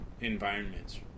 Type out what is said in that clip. environments